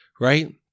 right